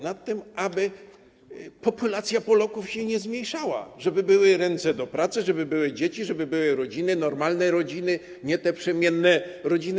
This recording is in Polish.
Na tym, aby populacja Polaków się nie zmniejszała, żeby były ręce do pracy, żeby były dzieci, żeby były rodziny, normalne rodziny, nie te przemienne rodziny.